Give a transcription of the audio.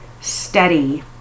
Steady